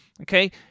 okay